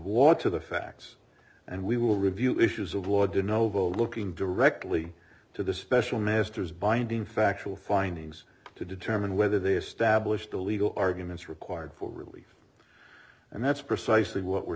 to the facts and we will review issues of law did novo looking directly to the special masters binding factual findings to determine whether they established a legal arguments required for relief and that's precisely what we're